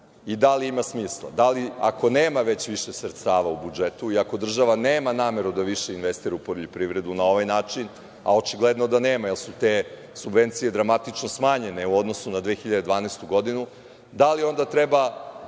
i da li ima smisla? Ako nema već viće sredstava u budžetu i ako država nema nameru da više investira u poljoprivredu na ovaj način, a očigledno da nema jer su te subvencije dramatično smanjene u odnosu na 2012. godinu, da li onda treba